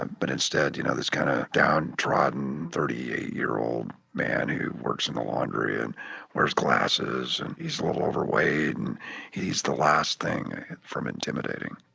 but instead, you know, this kind of downtrodden thirty-eight year old man who works in the laundry and wears glasses and he's a little overweight and he's the last thing from intimidating